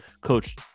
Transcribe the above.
coach